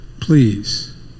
please